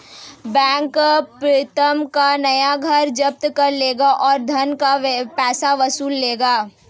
bank Pritam का नया घर जब्त कर लेगा और ऋण का पैसा वसूल लेगा